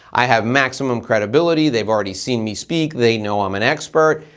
i have maximum credibility, they've already see me speak, they know i'm an expert,